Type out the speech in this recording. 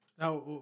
Now